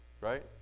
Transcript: Right